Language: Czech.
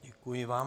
Děkuji vám.